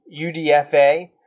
UDFA